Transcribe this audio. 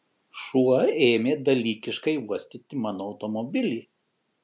šuo ėmė dalykiškai uostyti mano automobilį